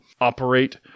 operate